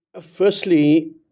Firstly